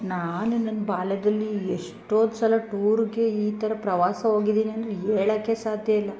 ನಾನು ನನ್ನ ಬಾಲ್ಯದಲ್ಲಿ ಎಷ್ಟೋಂದು ಸಲ ಟೂರ್ಗೆ ಈ ಥರ ಪ್ರವಾಸ ಹೋಗಿದಿನಂದ್ರೆ ಹೇಳಾಕೆ ಸಾಧ್ಯ ಇಲ್ಲ